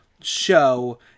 show